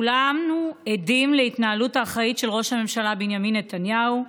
כולנו עדים להתנהלות האחראית של ראש הממשלה בנימין נתניהו,